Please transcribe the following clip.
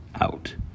out